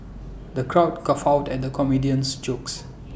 the crowd guffawed at the comedian's jokes